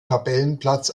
tabellenplatz